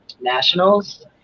Nationals